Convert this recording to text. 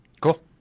cool